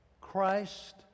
Christ